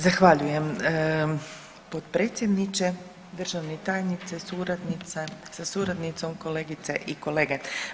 Zahvaljujem potpredsjedniče, državni tajniče, suradnice, sa suradnicom, kolegice i kolege.